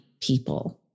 people